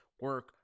Work